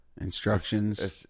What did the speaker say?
Instructions